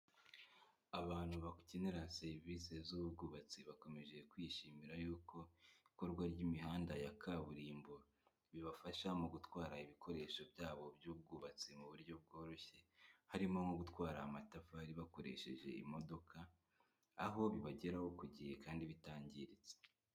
Abantu bakenera serivisi z'ubwubatsi bakomeje kwishimira yuko ikorwa ry'imihanda ya kaburimbo bibafasha mu gutwara ibikoresho byabo by'ubwubatsi mu buryo bworoshye harimo nko gutwara amatafari bakoresheje imodoka aho bibageraho ku gihe kandi bitangiritse.